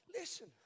Listen